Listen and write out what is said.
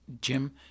Jim